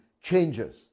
changes